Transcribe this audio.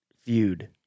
feud